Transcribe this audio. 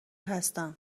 هستم